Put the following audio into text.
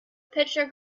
pitcher